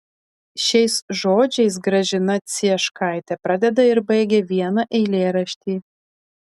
šiais žodžiais gražina cieškaitė pradeda ir baigia vieną eilėraštį